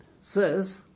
says